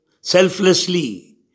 selflessly